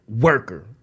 worker